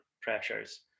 pressures